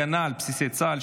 הגנה על בסיסי צה"ל,